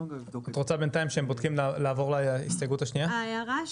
עד שהם בודקים, את יכולה לעבור להערה השנייה.